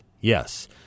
yes